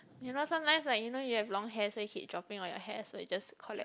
you know sometimes like you know you have long hair so it keeps dropping on your hair so you just collect